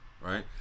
right